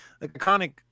iconic